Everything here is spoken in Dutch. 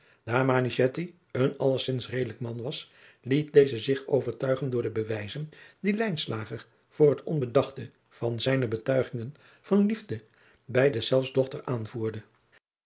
een allezins redelijk man was liet deze zich overtuigen door de bewijzen die lijnslager voor het onbedachte van zijne betuigingen van liefde bij deszelfs dochter aanvoerde